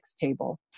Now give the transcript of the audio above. table